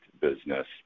business